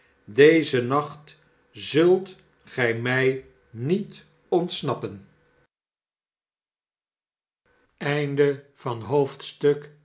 sdezen nacht zult gij mij niet ontsnappen